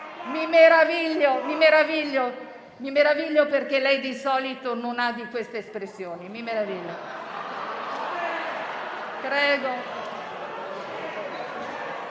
Mi meraviglio, perché lei di solito non ha di queste espressioni.